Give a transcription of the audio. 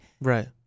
Right